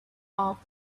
off